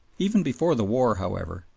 even before the war, however,